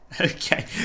Okay